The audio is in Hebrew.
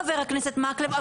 חבר הכנסת מקלב,